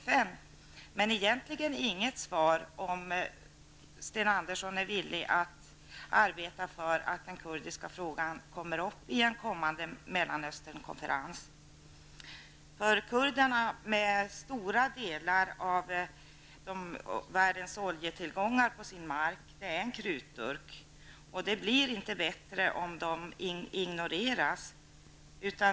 Men vi har egentligen inte fått något svar om Sten Andersson är villig att arbeta för att den kurdiska frågan tas upp i en kommande Mellanösternkonferens. De stora delar av världens oljetillgångar som ligger på den mark där kurderna bor utgör en krutdurk, och det blir inte bättre om kurderna ignoreras.